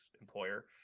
employer